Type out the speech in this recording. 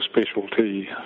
specialty